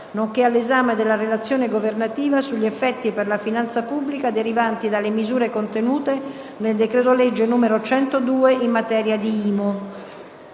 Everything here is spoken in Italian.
nonché all'esame della Relazione governativa sugli effetti per la finanza pubblica derivanti dalle misure contenute nel decreto-legge n. 102 in materia di IMU.